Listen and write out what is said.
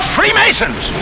Freemasons